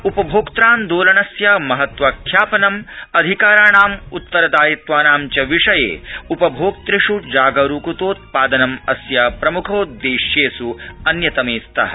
उ भोक्त्रान् ोलनस्य महत्व ख्या नम् अधिकाराणाम् उत्तर ायित्वानाञ्च विषये उ भोक्तृष् जागरूकतोत ा नम् अस्य प्रम्खोदोश्येष् अन्यतमे स्तः